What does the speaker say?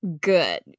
good